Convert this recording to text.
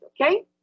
okay